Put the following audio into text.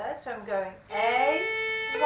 so i'm going a,